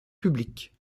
public